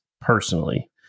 personally